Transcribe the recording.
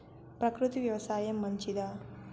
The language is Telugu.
ప్రకృతి వ్యవసాయం మంచిదా?